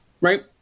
right